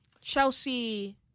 Chelsea